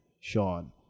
Sean